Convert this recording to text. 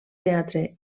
teatre